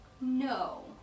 No